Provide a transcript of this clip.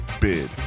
bid